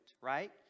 right